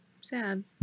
sad